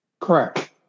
Correct